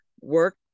work